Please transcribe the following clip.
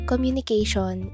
Communication